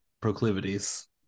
proclivities